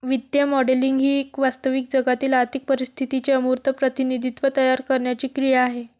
वित्तीय मॉडेलिंग ही वास्तविक जगातील आर्थिक परिस्थितीचे अमूर्त प्रतिनिधित्व तयार करण्याची क्रिया आहे